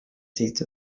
states